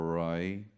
right